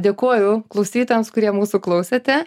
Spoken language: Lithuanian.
dėkoju klausytojams kurie mūsų klausėte